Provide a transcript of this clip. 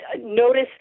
notice